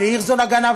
ולהירשזון הגנב,